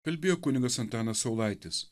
kalbėjo kunigas antanas saulaitis